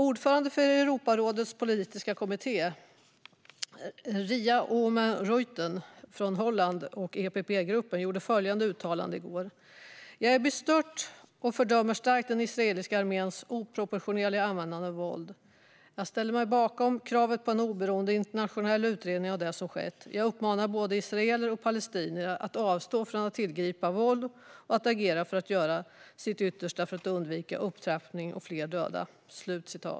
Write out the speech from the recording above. Ordföranden för Europarådets politiska kommitté, Ria Oomen-Ruijten från Holland och EPP-gruppen, gjorde följande uttalande i går: Jag är bestört och fördömer starkt den israeliska armens oproportionerliga användande av våld. Jag ställer mig bakom kravet på en oberoende internationell utredning av det som skett. Jag uppmanar både israeler och palestinier att avstå från att tillgripa våld och att agera för att göra sitt yttersta för att undvika ytterligare upptrappning och fler döda.